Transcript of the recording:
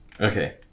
Okay